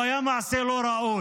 הוא היה מעשה לא ראוי.